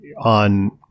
on